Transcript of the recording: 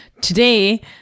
today